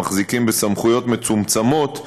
המחזיקים בסמכויות מצומצמות,